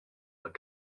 but